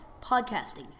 podcasting